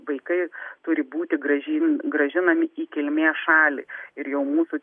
vaikai turi būti grąžinti grąžinami į kilmės šalį ir jau mūsų